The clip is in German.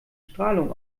strahlung